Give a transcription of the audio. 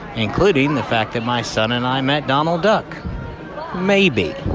including the fact that my son and i met donald duck maybe